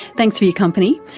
thanks for your company,